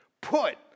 put